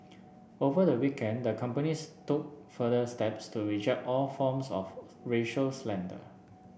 over the weekend the companies took further steps to reject all forms of racial slander